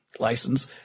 License